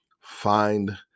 find